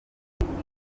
kutureka